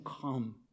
come